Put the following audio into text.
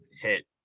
hit